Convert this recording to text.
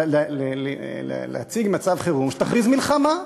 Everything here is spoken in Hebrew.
שתכריז מלחמה,